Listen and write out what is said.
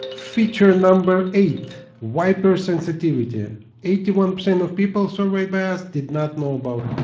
feature number eight wiper sensitivity eighty one percent of people surveyed by us did not know about